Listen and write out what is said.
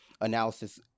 analysis